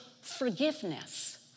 forgiveness